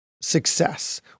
success